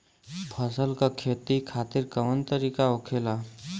फसल का खेती खातिर कवन तरीका होखेला?